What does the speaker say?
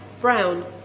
brown